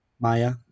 Maya